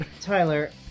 Tyler